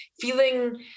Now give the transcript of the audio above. feeling